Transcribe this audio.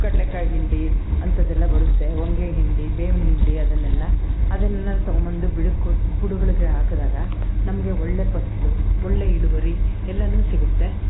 ಕಡ್ಲೆಕಾಯಿ ಹಿಂಡಿ ಅಂಥದೆಲ್ಲ ಬರುತ್ತೆ ಹೊಂಗೆ ಹಿಂಡಿ ಬೇವಿನ ಹಿಂಡಿ ಅದನ್ನೆಲ್ಲ ಅದನ್ನೆಲ್ಲ ತೊಗೊಂಬಂದು ಗಿಡಕ್ಕೆ ಕೊ ಬುಡಗಳ್ಗೆ ಹಾಕ್ದಾಗ ನಮಗೆ ಒಳ್ಳೆಯ ಫಸಲು ಒಳ್ಳೆಯ ಇಳುವರಿ ಎಲ್ಲಾನು ಸಿಗುತ್ತೆ